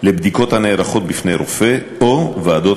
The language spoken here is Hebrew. לבדיקות הנערכות בפני רופא ולוועדות